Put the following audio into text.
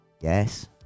yes